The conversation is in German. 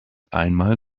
einmal